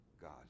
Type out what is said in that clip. God